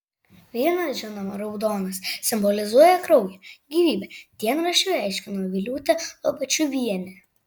vynas žinoma raudonas simbolizuoja kraują gyvybę dienraščiui aiškino viliūtė lobačiuvienė